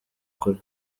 kure